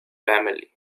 family